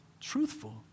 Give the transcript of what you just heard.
truthful